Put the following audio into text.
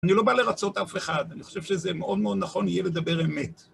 אני לא בא לרצות אף אחד, אני חושב שזה מאוד מאוד נכון יהיה לדבר אמת.